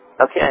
Okay